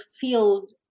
field